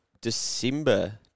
December